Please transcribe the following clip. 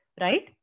right